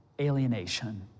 alienation